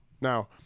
Now